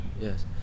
Yes